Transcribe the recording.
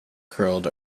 curled